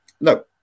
no